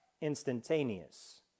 instantaneous